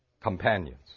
companions